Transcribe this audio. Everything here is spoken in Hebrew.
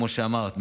כמו שאמרת,